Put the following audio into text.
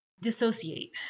dissociate